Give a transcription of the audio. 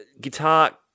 guitar